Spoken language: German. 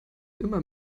immer